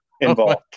involved